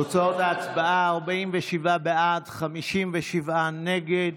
תוצאות ההצבעה: 47 בעד, 57 נגד.